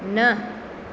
न